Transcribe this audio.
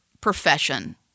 profession